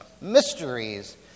mysteries